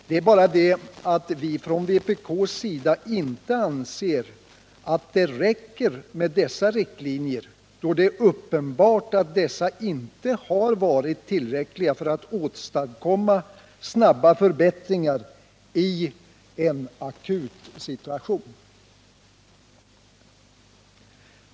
Det är bara det att vi inom vpk inte anser att det räcker med dessa riktlinjer, då det är uppenbart att dessa inte har varit tillräckliga för att åstadkomma snabba förbättringar i en akut situation.